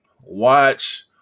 watch